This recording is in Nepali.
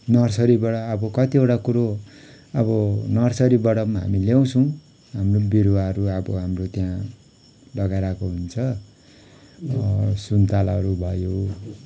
नर्सरीबाट अब कतिवटा कुरो अब नर्सरीबाट पनि हामी त्याउँछौँ हाम्रो बिरुवाहरू अब हाम्रो त्यहाँ लगाइरहेको हुन्छ सुन्तालाहरू भयो